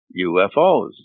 UFOs